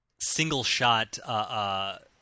single-shot